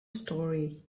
story